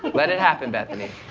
let it happen, bethany.